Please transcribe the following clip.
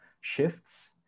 shifts